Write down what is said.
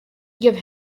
give